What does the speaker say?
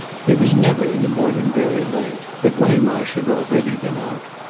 he was never in the morning very late, but waymarsh had already been out,